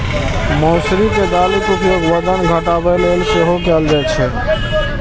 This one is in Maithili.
मौसरी के दालिक उपयोग वजन घटाबै लेल सेहो कैल जाइ छै